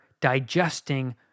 digesting